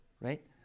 Right